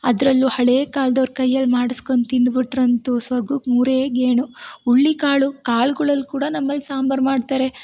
ಅದ್ರಲ್ಲೂ ಹಳೇಕಾಲ್ದವ್ರ ಕೈಯಲ್ಲಿ ಮಾಡಿಸ್ಕೊಂಡು ತಿಂದ್ಬಿಟ್ರಂತೂ ಸ್ವರ್ಗಕ್ಕೆ ಮೂರೇ ಗೇಣು ಹುಳ್ಳಿಕಾಳು ಕಾಳ್ಗಳಲ್ಲಿ ಕೂಡ ನಮ್ಮಲ್ಲಿ ಸಾಂಬಾರ್ ಮಾಡ್ತಾರೆ